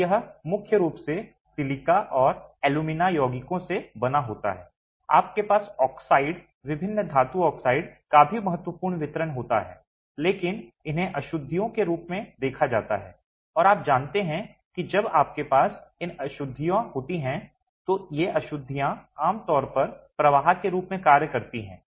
तो यह मुख्य रूप से सिलिका और एल्यूमिना यौगिकों से बना होता है आपके पास ऑक्साइड विभिन्न धातु ऑक्साइड का भी महत्वपूर्ण वितरण होता है लेकिन इन्हें अशुद्धियों के रूप में देखा जाता है और आप जानते हैं कि जब आपके पास इन अशुद्धियाँ होती हैं तो ये अशुद्धियाँ आम तौर पर प्रवाह के रूप में कार्य करती हैं